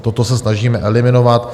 Toto se snažíme eliminovat.